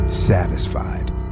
satisfied